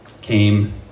came